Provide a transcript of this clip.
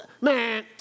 man